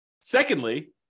secondly